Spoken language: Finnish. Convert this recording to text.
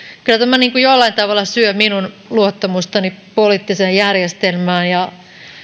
kyllä tämä niin kuin jollain tavalla syö minun luottamustani poliittiseen järjestelmään ja